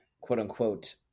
quote-unquote